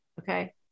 okay